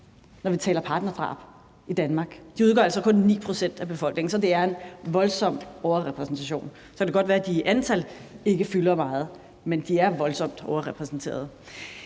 når vi taler partnerdrab i Danmark. Og de udgør altså kun 9 pct. af befolkningen. Så det er en voldsom overrepræsentation. Så kan det godt være, at de i antal ikke fylder meget, men de er voldsomt overrepræsenteret.